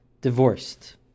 divorced